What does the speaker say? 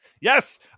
Yes